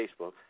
Facebook